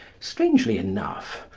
strangely enough,